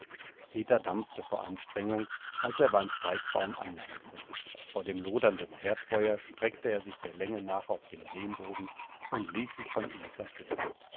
peter dampfte vor anstrengung als er beim steigbaum anlangte vor dem lodernden herdfeuer streckte er sich der länge nach auf den lehmboden und ließ sich von